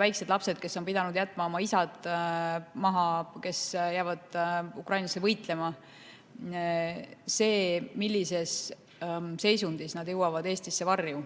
väikesed lapsed on pidanud jätma maha oma isad, kes on jäänud Ukrainasse võitlema. See, millises seisundis nad jõuavad Eestisse varju,